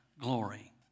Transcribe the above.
glory